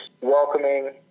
welcoming